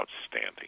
outstanding